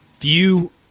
view